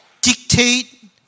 dictate